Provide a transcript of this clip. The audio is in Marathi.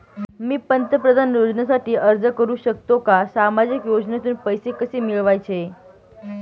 मी पंतप्रधान योजनेसाठी अर्ज करु शकतो का? सामाजिक योजनेतून पैसे कसे मिळवायचे